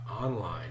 online